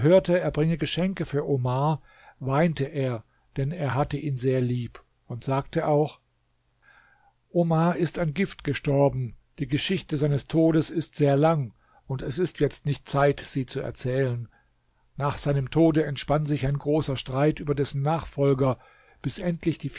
bringe geschenke für omar weinte er denn er hatte ihn sehr lieb und sagte auch omar ist an gift gestorben die geschichte seines todes ist sehr lang und es ist jetzt nicht zeit sie zu erzählen nach seinem tode entspann sich ein großer streit über dessen nachfolger bis endlich die